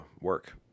work